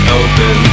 open